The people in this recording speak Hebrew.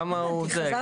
כמה הוא זה,